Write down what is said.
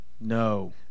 No